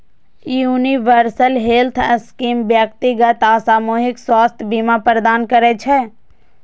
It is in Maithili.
यूनिवर्सल हेल्थ स्कीम व्यक्तिगत आ सामूहिक स्वास्थ्य बीमा प्रदान करै छै